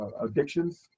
addictions